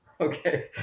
Okay